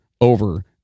over